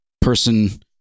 person